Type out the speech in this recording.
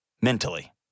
mentally